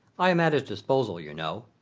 i am at his disposal, you know.